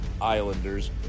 Islanders